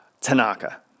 Tanaka